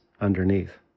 underneath